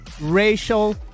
racial